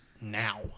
now